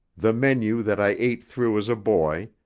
the menu that i ate through as a boy,